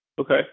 Okay